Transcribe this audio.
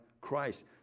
Christ